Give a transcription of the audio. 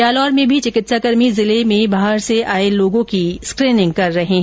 जालौर में भी चिकित्साकर्मी जिले में बाहर र्स आए लोगों की स्क्रीनिंग कर रहे है